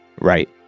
Right